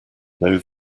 though